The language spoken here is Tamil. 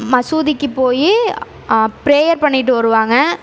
மசூதிக்கு போய் பிரேயர் பண்ணிவிட்டு வருவாங்க